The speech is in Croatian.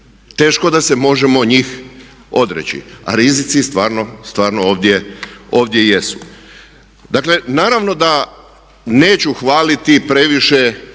Teško da se možemo njih odreći a rizici stvarno, stvarno ovdje jesu. Dakle naravno da neću hvaliti previše